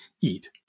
eat